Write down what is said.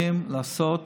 שנאמן לעמו ולמולדתו,